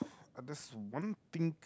uh there's one thing